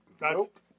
nope